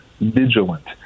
vigilant